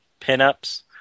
pinups